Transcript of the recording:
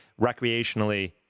recreationally